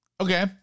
Okay